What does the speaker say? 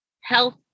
health